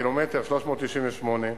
קילומטר 398,